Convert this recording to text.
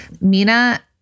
Mina